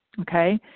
okay